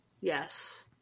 Yes